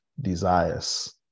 desires